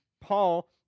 Paul